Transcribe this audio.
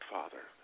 Father